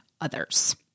others